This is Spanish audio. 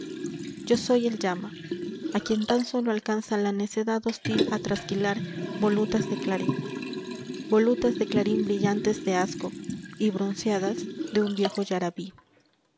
yo soy el llama a quien tan sólo alcanza la necedad hostil a trasquilar volutas de clarín volutas de clarín brillantes de asco y bronceadas de un viejo yaraví